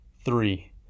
three